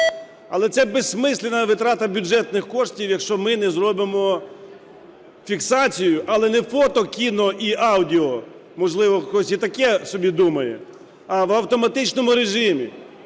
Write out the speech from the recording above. Але це бессмысленная витрата бюджетних коштів, якщо ми не зробимо фіксацію. Але не фото-, кіно- і аудіо-, можливо, хтось і таке собі думає, а в автоматичному режимі.